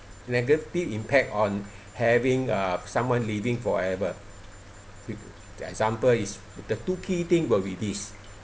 negative impact on having uh someone living forever with example is the two key thing will be this